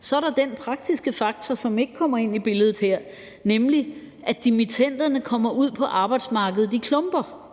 Så er der den praktiske faktor, som ikke kommer ind i billedet her, nemlig at dimittenderne kommer ud på arbejdsmarkedet i klumper.